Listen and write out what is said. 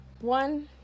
one